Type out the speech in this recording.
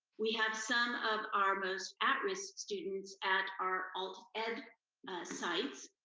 we have some of our most at-risk students at our alt. ed sites,